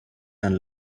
and